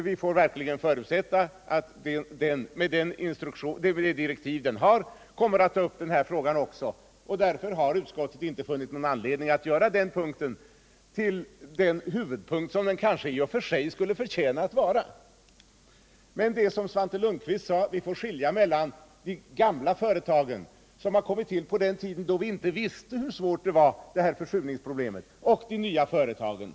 Vi får verkligen förutsätta att den med de direktiv den har kommer att ta upp också denna fråga. Därför har utskottet inte funnit någon anledning att göra den punkten till den huvudpunkt som den kanske i och för sig skulle förtjäna att vara. Men det är, som Svante Lundkvist sade, så att vi får skilja mellan de gamla företagen, som har kommit till på den tid då vi inte visste hur svårt försurnings och föroreningsproblemet var, och de nya företagen.